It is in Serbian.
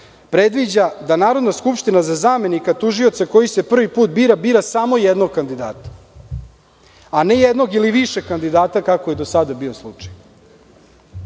predviđa da Narodna skupština za zamenika tužioca koji se prvi put bira bira samo jednog kandidata, a ne jednog ili više kandidata, kako je do sada bio slučaj.